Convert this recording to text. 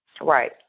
right